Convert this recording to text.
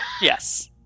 yes